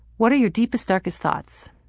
what are your deepest, darkest thoughts?